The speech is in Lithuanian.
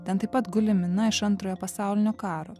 ten taip pat guli mina iš antrojo pasaulinio karo